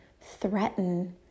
threaten